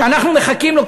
שאנחנו מחכים לו,